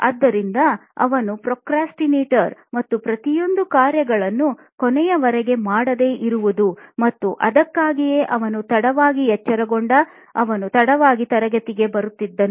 ಆದ್ದರಿಂದ ಅವನು ಪ್ರೊಕ್ರಾಸ್ಟಿನೇಟರ್ ಮತ್ತು ಪ್ರತಿಯೂಂದು ಕಾರ್ಯಗಳನ್ನು ಕೊನೆಯವರೆಗೆ ಮಾಡದೇ ಇರುವುದು ಮತ್ತು ಅದಕ್ಕಾಗಿಯೇ ಅವನು ತಡವಾಗಿ ಎಚ್ಚರಗೊಂಡು ಅವನು ತಡವಾಗಿ ತರಗತಿಗೆ ಬರುತ್ತಿದ್ದನು